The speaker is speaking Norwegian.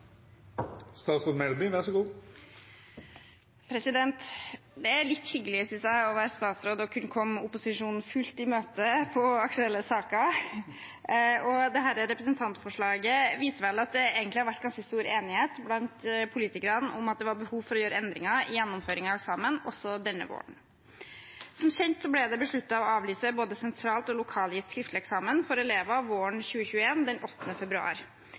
og kunne komme opposisjonen fullt i møte på aktuelle saker. Dette representantforslaget viser vel at det egentlig har vært ganske stor enighet blant politikerne om at det var behov for å gjøre endringer i gjennomføring av eksamen også denne våren. Som kjent ble det besluttet å avlyse både sentralt og lokalt gitt skriftlig eksamen for elever våren 2021 den 8. februar.